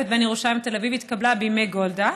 בין ירושלים לתל אביב התקבלה בימי גולדה,